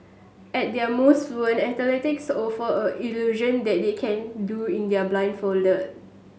at their most fluent athletes offer a illusion that they can do in the a blindfolded